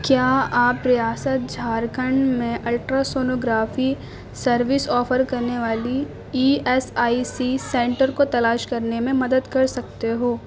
کیا آپ ریاست جھارکھنڈ میں الٹرا سونوگرافی سروس آفر کرنے والی E S I C centre کو تلاش کرنے میں مدد کر سکتے ہو